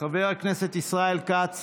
חבר הכנסת ישראל כץ,